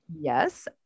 Yes